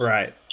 Right